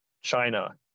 China